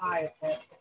ah yes sir